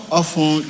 often